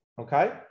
okay